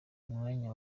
umwanya